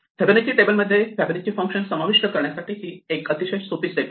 Fibonacci टेबलमध्ये Fibonacci function समाविष्ट करण्यासाठी ही एक अतिशय सोपी स्टेप आहे